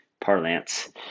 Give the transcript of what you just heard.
parlance